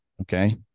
okay